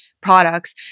products